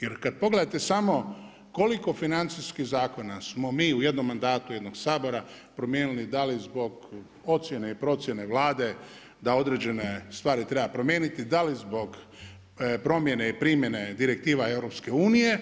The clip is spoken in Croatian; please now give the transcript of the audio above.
Jer kad pogledate samo koliko financijskih zakona smo mi u jednom mandatu jednog Sabora promijenili, dali zbog ocjene i procjene Vlade da određene stvari treba promijeniti da li zbog promjene i primjene direktiva EU.